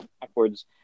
backwards